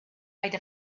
made